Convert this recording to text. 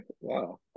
wow